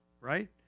right